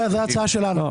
זאת ההצעה שלנו.